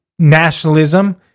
nationalism